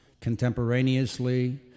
Contemporaneously